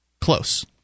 Close